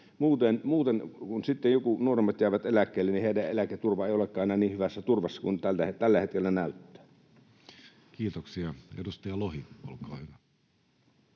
muuten, kun sitten nuoremmat jäävät eläkkeelle, heidän eläketurvansa ei olekaan enää niin hyvässä turvassa kuin miltä tällä hetkellä näyttää. Kiitoksia. — Edustaja Lohi, olkaa hyvä.